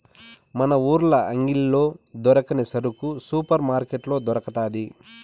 మన ఊర్ల అంగిల్లో దొరకని సరుకు సూపర్ మార్కట్లో దొరకతాది